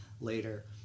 later